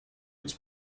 its